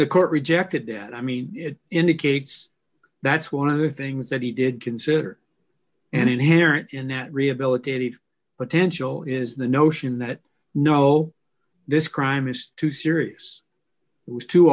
the court rejected that i mean it indicates that's one of the things that he did consider and inherent in that rehabilitative potential is the notion that no this crime is too serious it was too